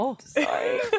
Sorry